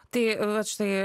tai vat štai